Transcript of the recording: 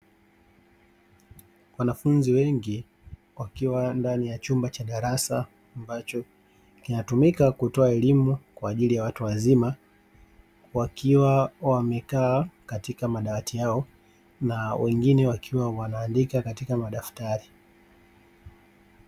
Wanafunzi wengi wakiwa ndani ya chumba cha darasa ambacho kinatumika kutoa elimu kwa ajili ya watu wazima, wakiwa wamekaa katika madawati yao na wengine wakiwa wanaandika katika madaftari.